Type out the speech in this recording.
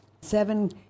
seven